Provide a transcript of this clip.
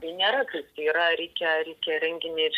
tai nėra kad tai yra reikia reikia renginį ir